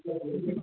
जाए देबही